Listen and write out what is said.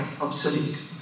obsolete